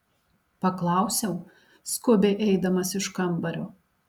paklausiau skubiai eidamas iš kambario